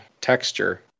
texture